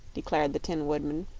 declared the tin woodman.